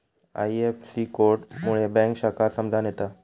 IFSC code मुळे bank शाखा समजान येता